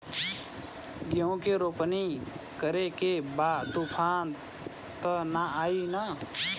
गेहूं के रोपनी करे के बा तूफान त ना आई न?